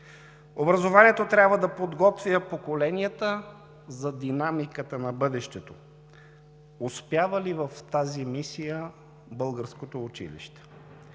Образованието трябва да подготвя поколенията за динамиката на бъдещето. Успява ли в тази мисия българското училище?